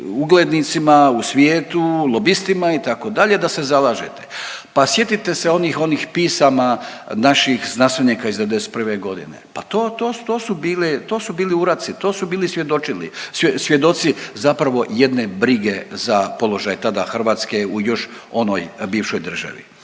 uglednicima u svijetu, lobistima itd. da se zalažete. Pa sjetite se onih, onih pisama naših znanstvenika iz '91. godine, pa to, to su, to su bili uradci, to su bili svjedočili, svjedoci zapravo jedne brige za položaj tada Hrvatske u još onoj bivšoj državi.